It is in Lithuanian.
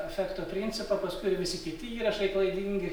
efekto principą paskui ir visi kiti įrašai klaidingi